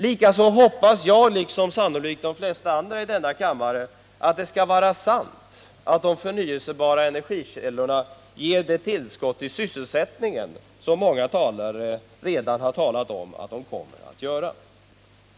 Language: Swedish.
Likaså hoppas jag, liksom sannolikt de flesta andra i denna kammare, att det skall vara sant att de förnyelsebara energikällorna ger det tillskott till sysselsättningen som många redan har talat om att de kommer att göra.